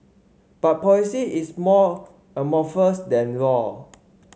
but policy is more amorphous than law